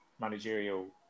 managerial